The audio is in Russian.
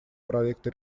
проекта